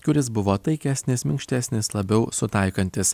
kuris buvo taikesnis minkštesnis labiau sutaikantis